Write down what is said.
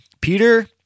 Peter